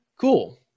Cool